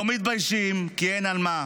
לא מתביישים, כי אין על מה.